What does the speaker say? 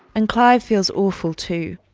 and clive feels awful too.